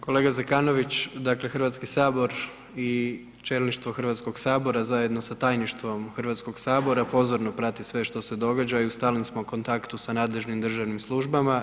Kolega Zekanović, dakle HS i čelništvo HS-a zajedno sa Tajništvom HS-a pozorno prati sve što se događa i u stalnom smo kontaktu sa nadležnim državnim službama.